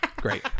great